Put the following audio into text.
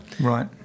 Right